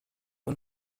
und